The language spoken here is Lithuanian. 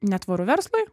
netvaru verslui